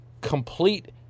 complete